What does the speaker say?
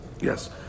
Yes